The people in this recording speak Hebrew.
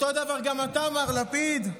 אותו דבר גם אתה, מר לפיד.